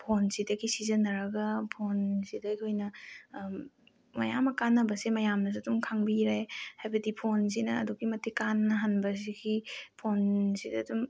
ꯐꯣꯟꯁꯤꯗꯒꯤ ꯁꯤꯖꯤꯟꯅꯔꯒ ꯐꯣꯟꯁꯤꯗ ꯑꯩꯈꯣꯏꯅ ꯃꯌꯥꯝ ꯑꯃ ꯀꯥꯟꯅꯕꯁꯦ ꯃꯌꯥꯝꯅꯁꯨ ꯑꯗꯨꯝ ꯈꯪꯕꯤꯔꯦ ꯍꯥꯏꯕꯗꯤ ꯐꯣꯟꯁꯤꯅ ꯑꯗꯨꯛꯀꯤ ꯃꯇꯤꯛ ꯀꯥꯟꯅꯍꯟꯕꯁꯤꯒꯤ ꯐꯣꯟꯁꯤꯗ ꯑꯗꯨꯝ